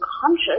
conscious